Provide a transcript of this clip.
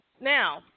Now